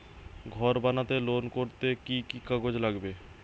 ঘর বানাতে লোন করতে কি কি কাগজ লাগবে?